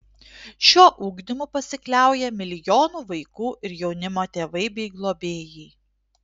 šiuo ugdymu pasikliauja milijonų vaikų ir jaunimo tėvai bei globėjai